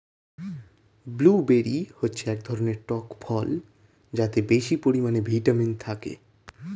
blueberry হচ্ছে এক ধরনের টক ফল যাতে বেশি পরিমাণে ভিটামিন থাকে